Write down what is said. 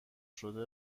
شده